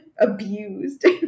abused